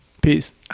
Peace